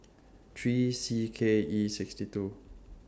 three C K E sixty two